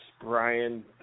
Brian